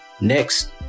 Next